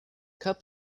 cup